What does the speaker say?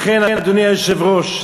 עברנו לנושא חדש.